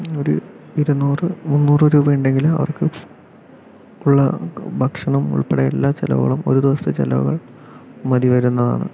ഒരു ഇരുന്നൂറ് മൂന്നൂറ് രൂപയുണ്ടെങ്കില് അവർക്ക് ഉള്ള ഭക്ഷണം ഉൾപ്പെടെ എല്ലാ ചിലവുകളും ഒരു ദിവസത്തെ ചിലവുകൾ മതി വരുന്നതാണ്